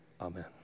Amen